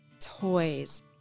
toys